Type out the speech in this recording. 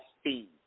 speed